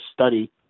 study